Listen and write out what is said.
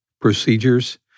procedures